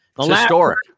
Historic